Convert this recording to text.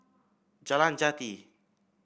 Jalan Jati